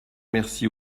merci